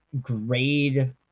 grade